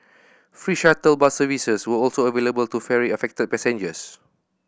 free shuttle bus services were also available to ferry affected passengers